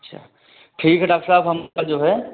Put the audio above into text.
अच्छा ठीक है डॉक्ट साब हम कल जो है